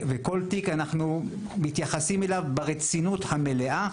וכל תיק אנחנו מתייחסים אליו ברצינות המלאה.